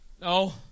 no